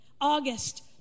August